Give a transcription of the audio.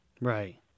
right